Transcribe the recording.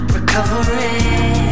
recovering